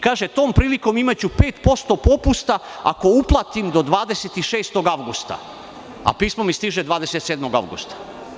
Kaže – tom prilikom imaću 5% popusta ako uplatim do 26. avgusta, a pismo mi stiže 27. avgusta.